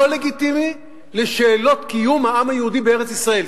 לא לגיטימי לשאלות קיום העם היהודי בארץ-ישראל,